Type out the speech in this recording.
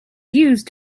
used